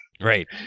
Right